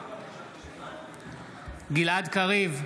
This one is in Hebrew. גלעד קריב,